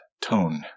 tone